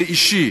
זה אישי.